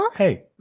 Hey